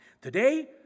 Today